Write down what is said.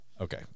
Okay